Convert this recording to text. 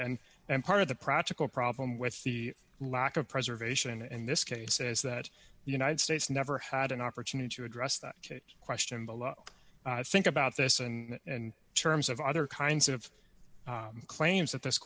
and and part of the practical problem with the lack of preservation and this case says that the united states never had an opportunity to address that question below think about this and terms of other kinds of claims that this